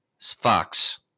Fox